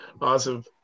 Awesome